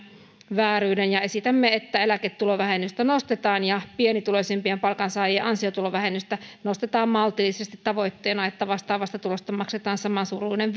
vääryyden ja esitämme että eläketulovähennystä nostetaan ja pienituloisimpien palkansaajien ansiotulovähennystä nostetaan maltillisesti tavoitteena että vastaavasta tulosta maksetaan samansuuruinen